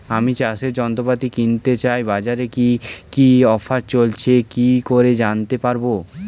আমি চাষের যন্ত্রপাতি কিনতে চাই বাজারে কি কি অফার চলছে কি করে জানতে পারবো?